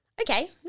okay